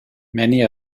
many